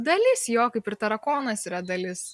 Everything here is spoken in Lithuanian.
dalis jo kaip ir tarakonas yra dalis